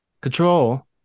Control